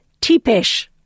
tipesh